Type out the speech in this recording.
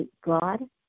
God